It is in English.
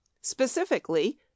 Specifically